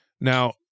Now